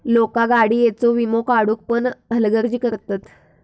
लोका गाडीयेचो वीमो काढुक पण हलगर्जी करतत